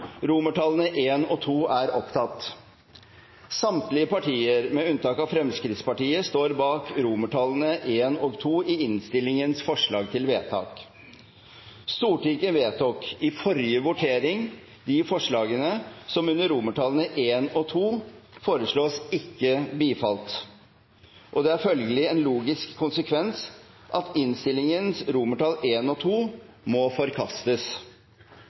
Samtlige partier, med unntak av Fremskrittspartiet, står bak I og II i innstillingens forslag til vedtak. Stortinget vedtok i forrige votering de forslagene som under I og II foreslås ikke bifalt. Det er følgelig en logisk konsekvens at innstillingens I og II må forkastes.